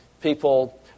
people